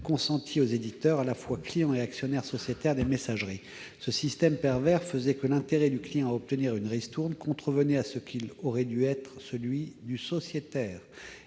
consenties aux éditeurs, à la fois clients et actionnaires sociétaires des messageries. Ce système pervers faisait que l'intérêt du client à obtenir une ristourne contrevenait à ce qu'aurait dû être celui du sociétaire,